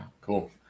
Cool